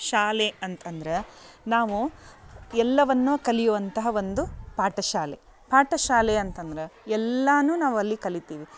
ಶಾಲೆ ಅಂತ ಅಂದ್ರೆ ನಾವು ಎಲ್ಲವನ್ನು ಕಲಿಯುವಂತಹ ಒಂದು ಪಾಠ ಶಾಲೆ ಪಾಠ ಶಾಲೆ ಅಂತಂದ್ರೆ ಎಲ್ಲನೂ ನಾವು ಅಲ್ಲಿ ಕಲೀತೀವಿ